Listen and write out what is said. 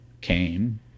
came